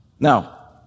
Now